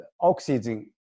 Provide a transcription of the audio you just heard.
oxygen